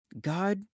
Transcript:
God